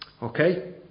okay